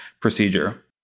procedure